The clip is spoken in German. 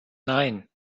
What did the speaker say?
nein